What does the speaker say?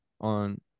on